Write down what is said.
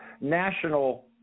national